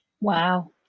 Wow